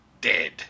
dead